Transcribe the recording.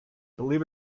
believe